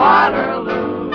Waterloo